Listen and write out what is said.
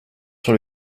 sur